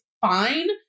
fine